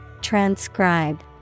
Transcribe